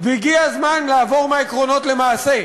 והגיע הזמן לעבור מהעקרונות למעשה.